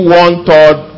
one-third